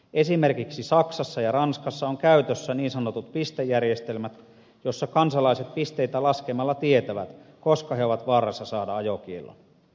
esimerkiksi saksassa ja ranskassa on käytössä niin sanotut pistejärjestelmät joissa kansalaiset pisteitä laskemalla tietävät koska he ovat vaarassa saada ajokiellon